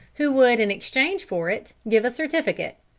who would in exchange for it give a certificate.